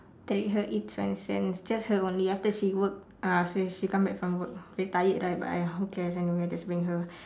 treat her eat swensen's just her only after she work ah she she come back from work very tired right but !aiya! who cares anyway I just bring her